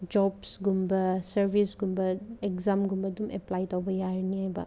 ꯖꯣꯞꯁꯒꯨꯝꯕ ꯁꯥꯔꯕꯤꯁꯀꯨꯝꯕ ꯑꯦꯛꯖꯥꯝꯒꯨꯝꯕ ꯑꯗꯨꯝ ꯑꯦꯄ꯭ꯂꯥꯏ ꯇꯧꯕ ꯌꯥꯔꯅꯤ ꯍꯥꯏꯕ